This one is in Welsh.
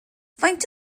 faint